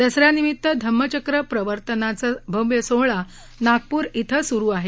दस यानिमित्त धम्मचक्र प्रवर्तनाचा भव्य सोहळा नागपूर धिं सुरु आहे